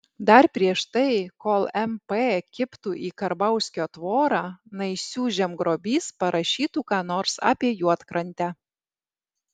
dar prieš tai kol mp kibtų į karbauskio tvorą naisių žemgrobys parašytų ką nors apie juodkrantę